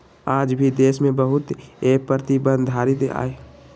आज भी देश में बहुत ए प्रतिधारित आय वाला लोग शामिल कइल जाहई